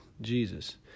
Jesus